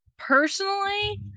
Personally